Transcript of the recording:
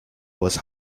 was